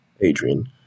Adrian